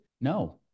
No